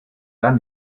dann